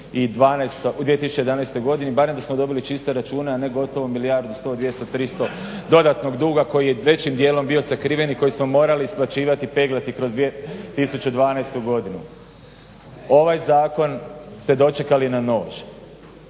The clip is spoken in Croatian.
u 2011. godini barem da smo dobili čiste račune, a ne gotovo milijardu 100, 200, 300 dodatnog duga koji je većim dijelom bio sakriven i koji smo morali isplaćivati i peglati kroz 2012. godinu. Ovaj zakon ste dočekali na nož.